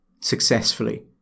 successfully